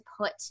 put